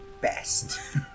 best